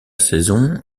saison